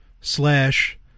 slash